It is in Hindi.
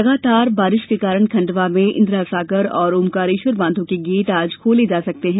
लगातार बारिश के कारण खंडवा में इंदिरा सागर और ओंकारेश्वर बांधों के गेट आज खोले जा सकते हैं